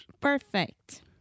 Perfect